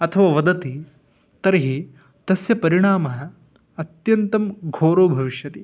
अथवा वदति तर्हि तस्य परिणामः अत्यन्तं घोरो भविष्यति